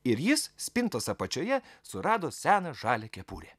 ir jis spintos apačioje surado seną žalią kepurę